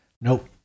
Nope